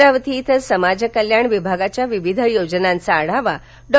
अमरावती इथे समाज कल्याण विभागाच्या विविध योजनांचा आढावा डॉ